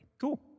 Cool